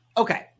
Okay